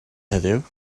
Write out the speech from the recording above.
heddiw